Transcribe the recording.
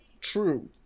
True